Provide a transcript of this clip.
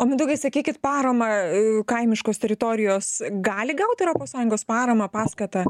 o mindaugai sakykit paramą kaimiškos teritorijos gali gauti europos sąjungos paramą paskatą